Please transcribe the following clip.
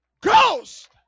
Ghost